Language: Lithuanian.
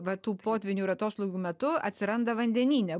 va tų potvynių ir atoslūgių metu atsiranda vandenyne